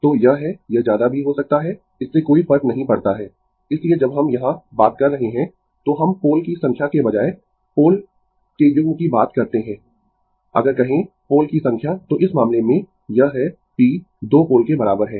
तो यह है यह ज्यादा भी हो सकता है इससे कोई फर्क नहीं पड़ता है इसलिए जब हम यहां बात कर रहे है तो हम पोल की संख्या के बजाय पोल के युग्मों की बात करते है अगर कहें पोल की संख्या तो इस मामले में यह है p 2 पोल के बराबर है